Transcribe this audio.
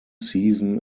season